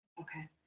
Okay